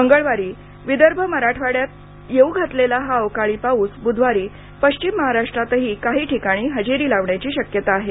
मंगळवारी विदर्भ मराठवाङ्यात येऊ घातलेला हा अवकाळी पाऊस बूधवारी पश्चिम महाराष्ट्रातही काही ठिकाणी हजेरी लावण्याची शक्यता आहे